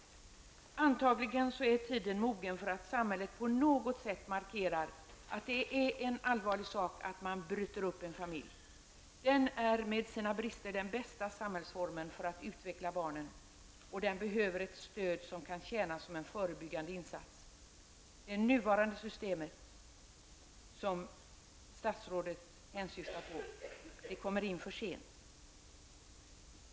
Kanske är tiden mogen för att samhället på något sätt markerar att det är en allvarlig sak att en familj bryts sönder. Den är med sina brister den bästa samhällsformen för att utveckla barnen, och den behöver ett stöd som kan tjäna som en förebyggande insats. Det nuvarande systemet, som statsrådet hänvisade till, kommer in för sent.